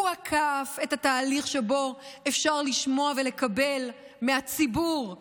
הוא עקף את התהליך שבו אפשר לשמוע ולקבל מהציבור הערות,